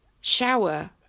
shower